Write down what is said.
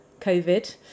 covid